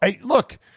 look